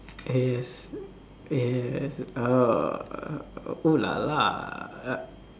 yes yes err ooh la la